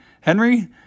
Henry